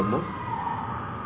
and action this kind of movies